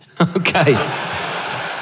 Okay